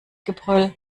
gebrüll